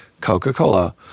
Coca-Cola